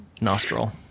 nostril